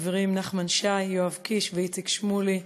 החברים נחמן שי, יואב קיש ואיציק שמולי.